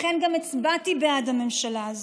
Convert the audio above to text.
לכן גם הצבעתי בעד הממשלה הזו.